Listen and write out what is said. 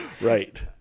Right